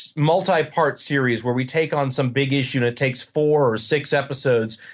multi part series where we take on some big issue and it takes four or six episodes,